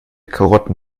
karotten